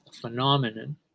phenomenon